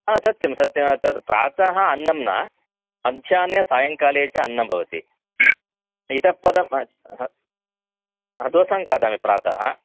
ह सत्यं सत्यं तद् प्रातः अन्नं न मध्याह्ने सायङ्काले च अन्नं भवति इतःपरं ह ह दोसां खादामि प्रातः